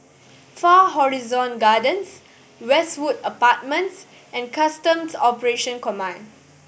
Far Horizon Gardens Westwood Apartments and Customs Operations Command